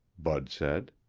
bud said.